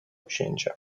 księcia